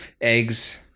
eggs